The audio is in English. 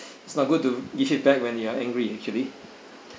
it's not good give feedback when you are angry actually